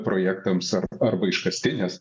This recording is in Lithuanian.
projektams arba iškastinės